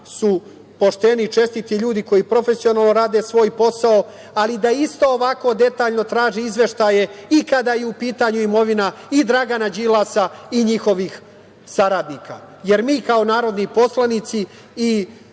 su pošteni i čestiti ljudi koji profesionalno rade svoj posao, ali da isto ovako detaljno traže izveštaje i kada je u pitanju imovina Dragana Đilasa i njihovih saradnika. Jer, mi kao narodni poslanici i